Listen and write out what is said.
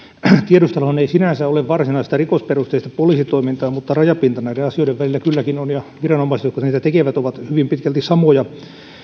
tiedusteluhan ei sinänsä ole varsinaista rikosperusteista poliisitoimintaa mutta rajapinta näiden asioiden välillä kylläkin on ja viranomaiset jotka niitä tekevät ovat hyvin pitkälti samoja